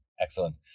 Excellent